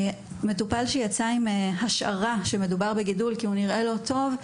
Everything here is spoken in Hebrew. מטופל שיצא עם השערה שמדובר בגידול כי הוא נראה לא טוב,